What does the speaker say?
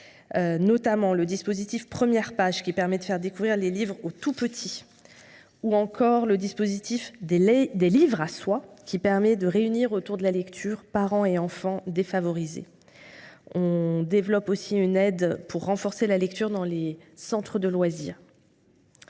notamment à l’opération Premières pages, qui permet de faire découvrir les livres aux tout petits, ou encore au programme Des livres à soi, qui permet de réunir autour de la lecture parents et enfants défavorisés. Nous mettons enfin en place une aide pour renforcer la lecture dans les centres de loisirs.